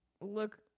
look